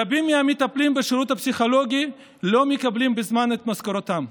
רבים מהמטפלים בשירות הפסיכולוגי לא מקבלים בזמן את משכורתם.